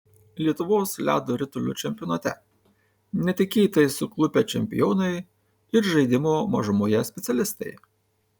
lietuvos ledo ritulio čempionate netikėtai suklupę čempionai ir žaidimo mažumoje specialistai